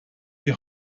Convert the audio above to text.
die